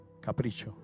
capricho